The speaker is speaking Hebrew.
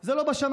זה לא בשמיים.